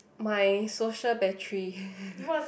my social battery